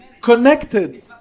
Connected